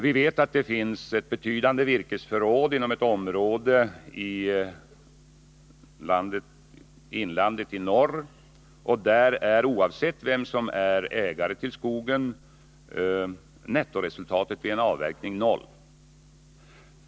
Vi vet att det finns betydande virkesförråd inom ett område av inlandet i norr, och där är — oavsett vem som är ägare till skogen — nettoresultatet vid en avräkning noll.